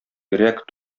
йөрәк